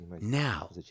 now